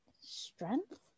Strength